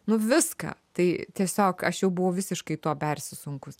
nu viską tai tiesiog aš jau buvo visiškai tuo persisunkus